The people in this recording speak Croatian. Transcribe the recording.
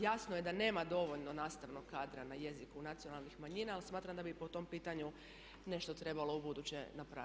Jasno je da nema dovoljno nastavnog kadra na jeziku nacionalnih manjina ali smatram da bi po tom pitanju nešto trebalo ubuduće napraviti.